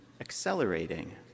accelerating